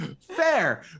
Fair